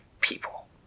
people